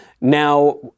Now